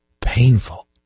painful